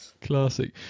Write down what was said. classic